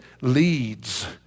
leads